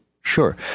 Sure